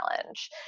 challenge